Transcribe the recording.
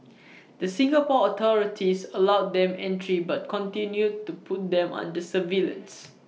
the Singapore authorities allowed them entry but continued to put them under surveillance